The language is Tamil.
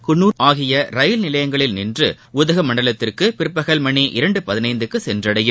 குன்னூர் ஆகிய ரயில் நிலையங்களில் நின்று உதகமண்டலத்திற்கு பிற்பகல் மணி இரண்டு பதினைந்துக்கு சென்றடையும்